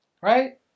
right